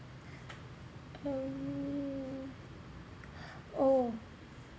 um oh